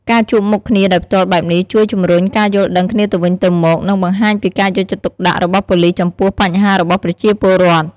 ការជួបមុខគ្នាដោយផ្ទាល់បែបនេះជួយជំរុញការយល់ដឹងគ្នាទៅវិញទៅមក និងបង្ហាញពីការយកចិត្តទុកដាក់របស់ប៉ូលិសចំពោះបញ្ហារបស់ប្រជាពលរដ្ឋ។